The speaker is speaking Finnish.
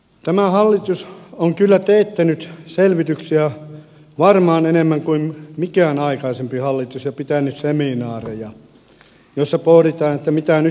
tämä hallitus on kyllä teettänyt selvityksiä varmaan enemmän kuin mikään aikaisempi hallitus ja pitänyt seminaareja joissa pohditaan mitä nyt pitäisi tehdä